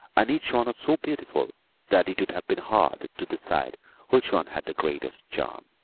and each one so beautiful that it would have been hard to decide which one had the greatest charm.